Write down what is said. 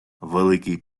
великий